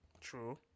True